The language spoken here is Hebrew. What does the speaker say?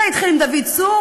זה התחיל עם דוד צור,